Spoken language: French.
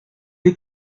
est